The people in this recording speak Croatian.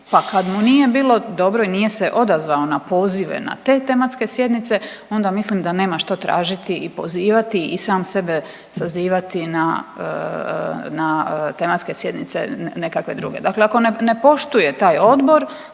Pa kad mu nije bilo dobro i nije se odazvao na pozive na te tematske sjednice onda mislim da nema što tražiti i pozivati i sam sebe sazivati na tematske sjednice nekakve druge. Dakle, ako ne poštuje taj odbor,